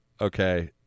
Okay